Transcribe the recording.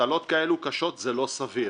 מטלות כאלו קשות זה לא סביר.